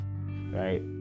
right